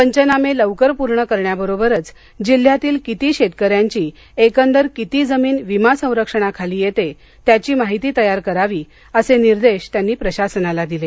पंचनामे लवकर पूर्ण करण्याबरोबरच जिल्ह्यातील किती शेतकऱ्यांची एकंदर किती जमीन विमा संरक्षणाखाली येते त्याची माहिती तयार करावी असे निर्देश त्यांनी प्रशासनाला दिले